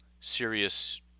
serious